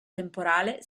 temporale